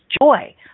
joy